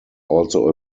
also